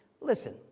Listen